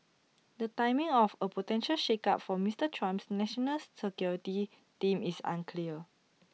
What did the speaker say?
the timing of A potential shakeup for Mister Trump's national security team is unclear